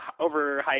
overhyped